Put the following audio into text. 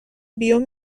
بیوم